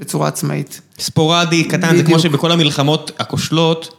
בצורה עצמאית. ספורדי, קטן, בדיוק... זה כמו שבכל המלחמות הכושלות.